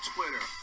Twitter